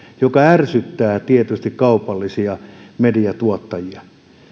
mikä ärsyttää tietysti kaupallisia mediatuottajia